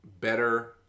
better